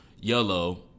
yellow